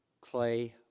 clay